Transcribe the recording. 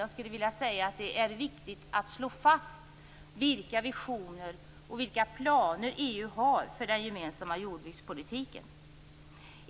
Jag skulle vilja säga att det är viktigt att slå fast vilka visioner och planer EU har för den gemensamma jordbrukspolitiken.